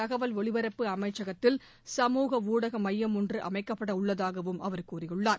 தகவல் ஒலிபரப்பு அமைச்சகத்தில் சமூக ஊடக மையம் ஒன்று அமைக்கப்பட உள்ளதாகவும் அவர் கூறியுள்ளார்